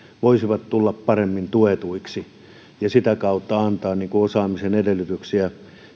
voisivat tulla paremmin tuetuiksi ja sitä kautta voitaisiin antaa osaamisen edellytyksiä